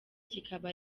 kiba